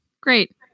Great